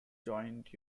joint